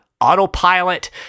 autopilot